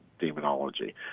demonology